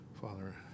father